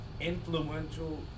influential